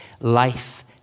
life